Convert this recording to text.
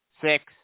six